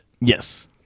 yes